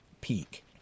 peak